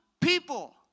people